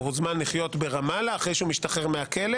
מוזמן לחיות ברמאללה אחרי שהוא משתחרר מהכלא.